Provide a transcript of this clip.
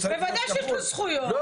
בוודאי שיש לו זכויות.